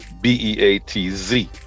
B-E-A-T-Z